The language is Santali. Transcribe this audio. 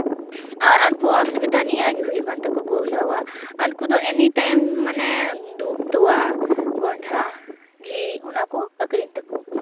ᱟᱨ ᱩᱱᱠᱩ ᱚᱥᱩᱵᱤᱫᱟ ᱱᱤᱭᱟᱹ ᱜᱮ ᱦᱩᱭᱩᱜ ᱠᱟᱱ ᱛᱟᱠᱚ ᱜᱳᱣᱞᱟᱣᱟᱜ ᱩᱱᱠᱩ ᱫᱚ ᱮᱱᱤᱴᱟᱭᱤᱢ ᱢᱟᱱᱮ ᱫᱩᱫᱽ ᱛᱳᱣᱟ ᱜᱚᱭᱴᱷᱟ ᱜᱷᱤ ᱚᱱᱟ ᱠᱚ ᱟᱠᱷᱨᱤᱧ ᱛᱟᱠᱚ